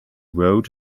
road